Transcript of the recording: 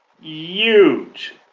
huge